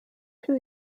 two